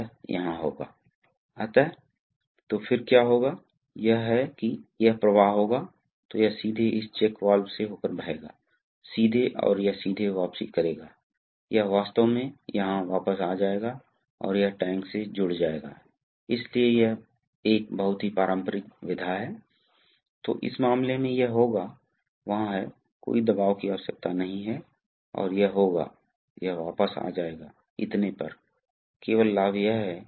तो हम गतिमान हो सकते हैं यदि हम इस तरह लिखते हैं तो यह एक सोलनॉइड सिंबल है कभी कभी हम उपयोग कर सकते हैं अगर वहाँ हैं तो ये वाल्व बड़े हैं इसके लिए स्पूल को स्थानांतरित करने के लिए बल की आवश्यकता होती है इसलिए स्पूल शायद या तो चले गए इसलिए इस त्रिभुज का अर्थ है कि उन्हें हाइड्रोलिक्स और न्यूमेटिक्स द्वारा स्थानांतरित किया जाता है यदि इसे भर दिया जाता है तो यह हाइड्रॉलिक रूप से स्थानांतरित स्पूल है